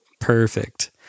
Perfect